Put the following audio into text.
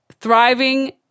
thriving